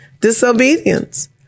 disobedience